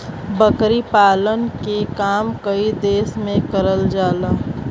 बकरी पालन के काम कई देस में करल जाला